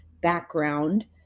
background